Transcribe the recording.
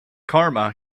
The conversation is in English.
karma